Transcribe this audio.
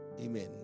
amen